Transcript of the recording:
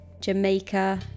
Jamaica